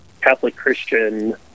Catholic-Christian